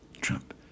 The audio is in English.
Trump